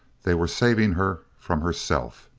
they were saving her from herself.